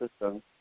system